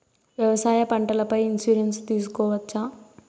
వ్యవసాయ పంటల పై ఇన్సూరెన్సు తీసుకోవచ్చా?